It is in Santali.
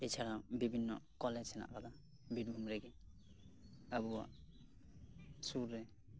ᱮᱪᱷᱟᱲᱟ ᱵᱤᱵᱷᱤᱱᱱᱚ ᱠᱚᱞᱮᱡᱽ ᱦᱮᱱᱟᱜ ᱟᱠᱟᱫᱟ ᱵᱤᱨᱵᱷᱩᱢ ᱨᱮᱜᱮ ᱟᱵᱚᱣᱟᱜ ᱥᱩᱨ ᱨᱮ